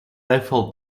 eiffel